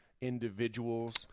individuals